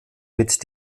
mit